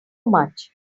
much